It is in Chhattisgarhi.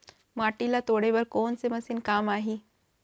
माटी ल तोड़े बर कोन से मशीन काम आही?